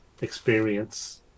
experience